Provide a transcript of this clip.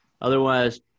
otherwise